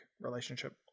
relationship